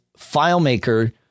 FileMaker